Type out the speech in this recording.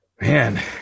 Man